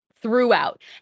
Throughout